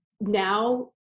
now